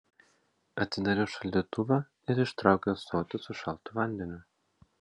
atidariau šaldytuvą ir ištraukiau ąsotį su šaltu vandeniu